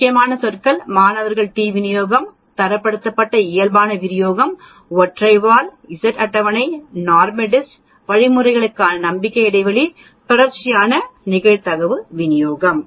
முக்கிய சொற்கள் மாணவர் டி விநியோகம் தரப்படுத்தப்பட்ட இயல்பான விநியோகம் ஒற்றை வால் இசட் அட்டவணை NORMSDIST வழிமுறைகளுக்கான நம்பிக்கை இடைவெளி தொடர்ச்சியான நிகழ்தகவு விநியோகம்